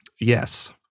Yes